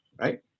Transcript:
right